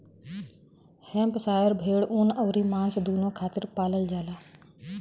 Hampshire भेड़ ऊन अउरी मांस दूनो खातिर पालल जाला